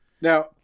Now